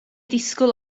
disgwyl